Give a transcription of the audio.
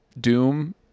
Doom